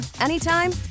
anytime